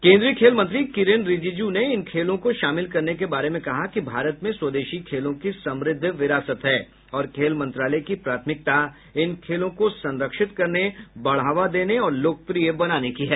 केन्द्रीय खेल मंत्री किरेन रिजीजु ने इन खेलों को शामिल करने के बारे में कहा कि भारत में स्वदेशी खेलों की समृद्ध विरासत है और खेल मंत्रालय की प्राथमिकता इन खेलों को संरक्षित करने बढ़ावा देने और लोकप्रिय बनाने की है